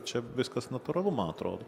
čia viskas natūralu man atrodo